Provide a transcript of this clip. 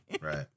Right